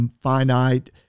finite